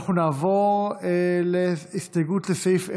אנחנו נעבור להסתייגות לסעיף 1,